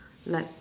like